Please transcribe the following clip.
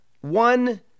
one